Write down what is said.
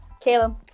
Caleb